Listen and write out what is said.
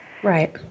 Right